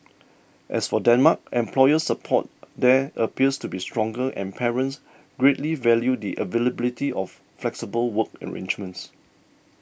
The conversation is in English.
as for Denmark employer support there appears to be stronger and parents greatly value the availability of flexible work arrangements